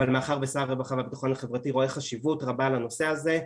אבל מאחר ששר הרווחה והביטחון החברתי רואה חשיבות רבה לנושא הזה,